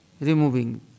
Removing